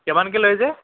কিমানকৈ লয় যে